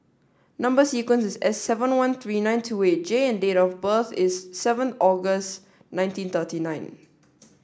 number sequence is S seven one three five nine two eight J and date of birth is seven August nineteen thirty nine